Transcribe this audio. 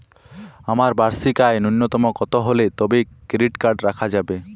আমার বার্ষিক আয় ন্যুনতম কত হলে তবেই ক্রেডিট কার্ড রাখা যাবে?